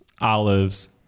olives